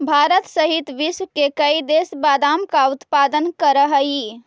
भारत सहित विश्व के कई देश बादाम का उत्पादन करअ हई